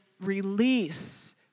release